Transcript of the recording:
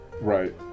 Right